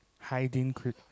hiding